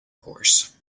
course